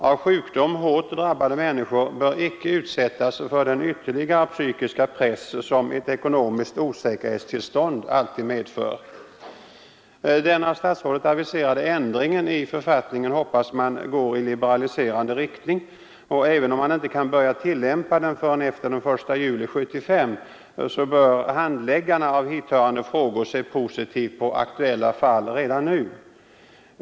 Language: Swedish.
Av sjukdom hårt drabbade människor bör icke utsättas för den ytterligare psykiska press som ett ekonomiskt osäkerhetstillstånd alltid medför. Den av statsrådet aviserade ändringen i författningen hoppas man går i liberaliserande riktning, och även om den icke kan börja tillämpas förrän den 1 juli 1975 bör handläggarna av hithörande frågor se positivt på aktuella fall redan nu.